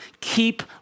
Keep